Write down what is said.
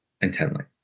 intently